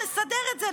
נסדר את זה,